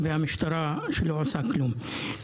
והמשטרה שלא עושה כלום.